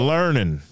Learning